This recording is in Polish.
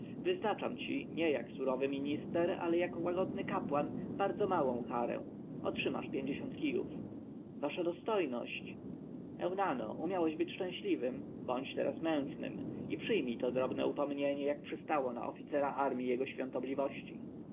wyznaczam ci nie jak surowy minister ale jako łagodny kapłan bardzo małą karę otrzymasz pięćdziesiąt kijów wasza dostojność eunano umiałeś być szczęśliwym bądź teraz mężnym i przyjmij to drobne upomnienie jak przystało na oficera armji jego świątobliwości